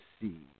see